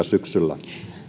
syksyllä